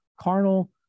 carnal